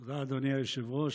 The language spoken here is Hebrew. תודה, אדוני היושב-ראש.